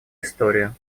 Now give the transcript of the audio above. историю